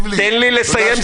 תן לי לסיים,